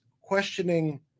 questioning